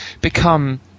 become